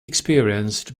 experienced